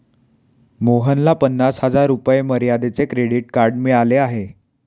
मोहनला पन्नास हजार रुपये मर्यादेचे क्रेडिट कार्ड मिळाले आहे